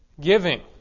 giving